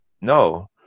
no